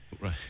Right